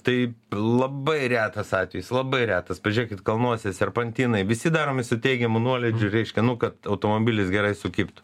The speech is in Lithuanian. tai labai retas atvejis labai retas pažiūrėkit kalnuose serpantinai visi daromi su teigiamu nuolydžiu reiškia nu kad automobilis gerai sukibtų